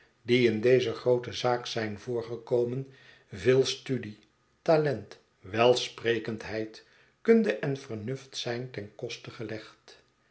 die in deze groote zaak zijn voorgekomen veel studie talent welsprekendheid kunde en vernuft zijn ten koste gelegd